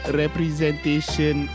representation